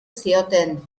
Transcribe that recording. zioten